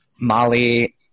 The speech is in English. Molly